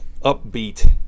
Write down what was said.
upbeat